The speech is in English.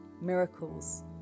Miracles